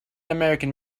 american